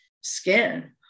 skin